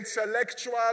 intellectual